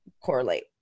correlate